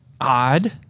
odd